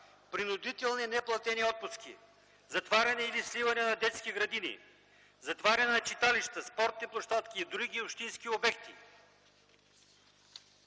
принудителни неплатени отпуски; затваряне или сливане на детски градини; затваряне на читалища, спортни площадки и други общински обекти;